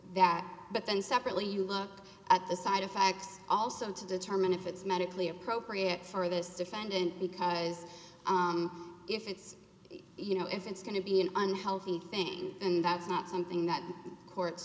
that but then separately you look at the side effects also to determine if it's medically appropriate for this defendant because if it's you know if it's going to be an unhealthy thing and that's not something that courts